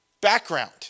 background